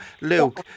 Luke